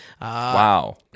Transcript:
Wow